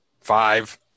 five